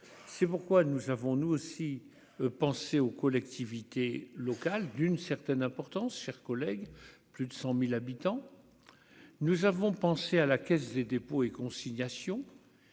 c'est pourquoi nous avons nous aussi penser aux collectivités locales d'une certaine importance, chers collègues, plus de 100000 habitants, nous avons pensé à la Caisse des dépôts et consignations